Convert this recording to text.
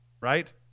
right